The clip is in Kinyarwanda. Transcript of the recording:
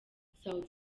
sauti